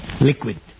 Liquid